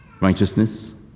righteousness